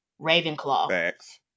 Ravenclaw